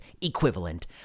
equivalent